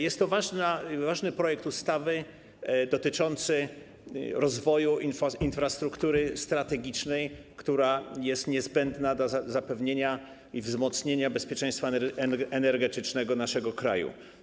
Jest to ważny projekt ustawy dotyczący rozwoju infrastruktury strategicznej, która jest niezbędna do zapewnienia i wzmocnienia bezpieczeństwa energetycznego naszego kraju.